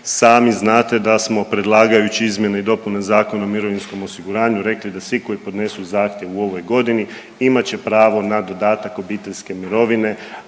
Sami znate da smo predlagajući izmjene i dopune Zakona o mirovinskom osiguranju rekli da svi koji podnesu zahtjev u ovoj godini imat će pravo na dodatak obiteljske mirovine,